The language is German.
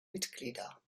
mitglieder